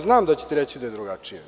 Znam da ćete reći da je drugačije.